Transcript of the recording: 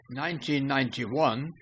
1991